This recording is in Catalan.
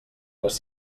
les